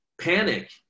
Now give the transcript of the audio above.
panic